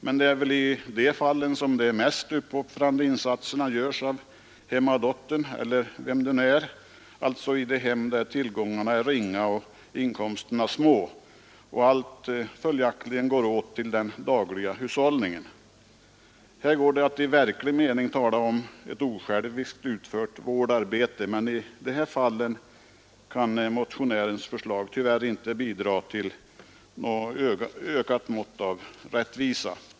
Men det är väl i de fallen som de mest uppoffrande insatserna görs av hemmadottern eller vem det nu är, alltså i de hem där tillgångarna är ringa och inkomsterna små och allt följaktligen går åt för den dagliga hushållningen. Här går det att i verklig mening tala om ett osjälviskt utfört vårdarbete, men i dessa fall kan motionärens förslag tyvärr inte bidra till något ökat mått av rättvisa.